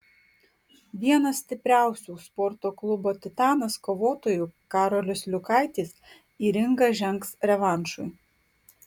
vienas stipriausių sporto klubo titanas kovotojų karolis liukaitis į ringą žengs revanšui